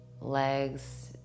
Legs